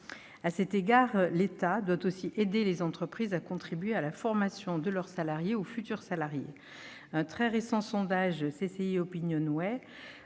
À cet égard, l'État doit aussi aider les entreprises à contribuer à la formation de leurs salariés ou futurs salariés. Un très récent sondage réalisé pour